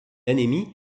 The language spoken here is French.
anémie